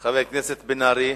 חבר הכנסת מיכאל בן-ארי.